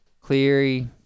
Cleary